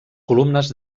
columnes